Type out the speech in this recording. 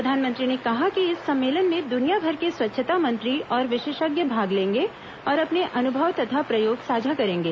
प्रधानमंत्री ने कहा कि इस सम्मेलन में दुनियाभर के स्वच्छता मंत्री और विशेषज्ञ भाग लेंगे और अपने अनुभव तथा प्रयोग साझा करेंगे